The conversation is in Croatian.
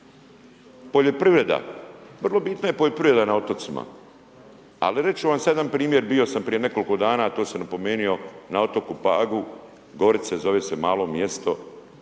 Poljoprivreda. Vrlo bitna je poljoprivreda na otocima. Ali reći ću vam sad jedan primjer. Bio sam prije nekoliko dana, to sam napomenuo na otoku Pagu, Gorice zove se, malo mjesto